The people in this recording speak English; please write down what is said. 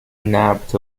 nabbed